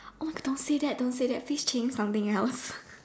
oh my god don't say that don't say that please change something else